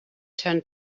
turned